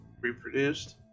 reproduced